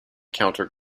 counter